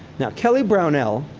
now, kelly brownell,